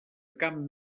camp